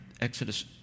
Exodus